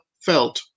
felt